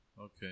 Okay